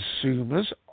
Consumers